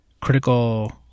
critical